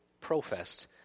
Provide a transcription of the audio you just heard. professed